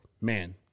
Man